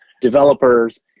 developers